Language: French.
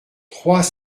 trois